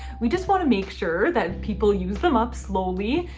we just want to make sure that people use them up slowly.